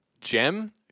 Gem